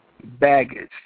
baggage